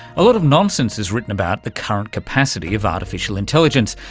a lot of nonsense is written about the current capacity of artificial intelligence,